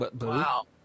Wow